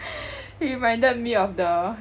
it reminded me of the